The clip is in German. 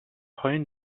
heulen